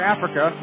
Africa